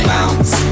Bounce